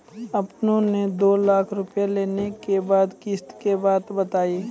आपन ने दू लाख रुपिया लेने के बाद किस्त के बात बतायी?